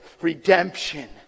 redemption